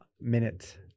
minute